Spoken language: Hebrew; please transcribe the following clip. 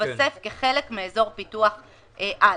יתווסף כחלק מאזור פיתוח א'.